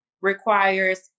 requires